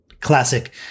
Classic